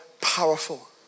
powerful